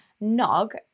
nog